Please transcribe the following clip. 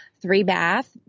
three-bath